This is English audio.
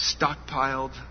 stockpiled